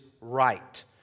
right